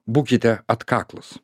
būkite atkaklūs